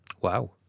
Wow